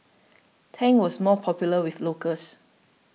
Tang was more popular with locals